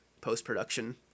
post-production